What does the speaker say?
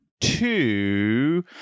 two